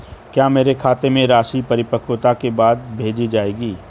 क्या मेरे खाते में राशि परिपक्वता के बाद भेजी जाएगी?